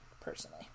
personally